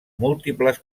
múltiples